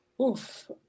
Oof